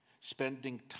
spending